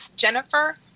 Jennifer